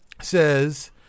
says